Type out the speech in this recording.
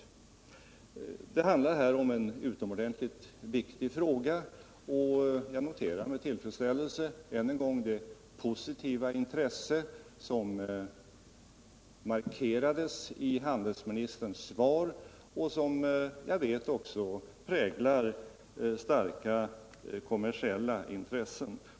Det handlar här om en utomordentligt viktig fråga, och jag noterar än en gång med tillfredsställelse det positiva intresse som markerades i handelsministerns svar och som jag vet också präglar starka kommersiella krafter.